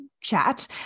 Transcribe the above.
chat